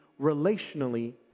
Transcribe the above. relationally